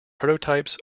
prototypes